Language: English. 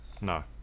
No